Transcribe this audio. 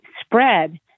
spread